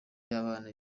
y’abana